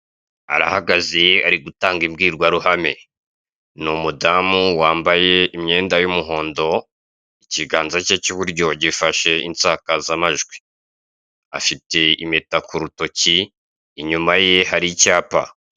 Arahagaze ari gutanga imbwirwaruhame n'i umudamu wambaye imyenda y'umuhondo, ikiganza ke k'iburyo gifashe insakazamajwi, afite impeta ku rutoki inyuma ye hari icyapa.